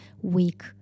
week